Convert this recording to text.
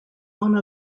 one